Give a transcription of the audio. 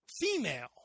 female